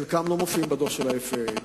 חלקם לא מופיעים בדוח של ה-FAA,